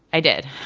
i did.